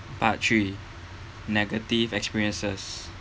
part three negative experiences